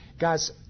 Guys